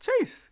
Chase